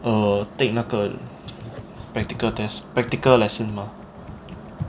err take 那个 practical test practical lesson mah